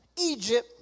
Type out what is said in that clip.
Egypt